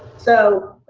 so